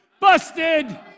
Busted